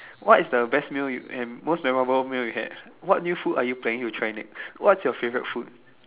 what is the best meal you and most memorable food had what new food are you planning to try next what's your favourite food